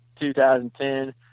2010